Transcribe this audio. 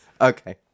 Okay